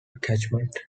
catchment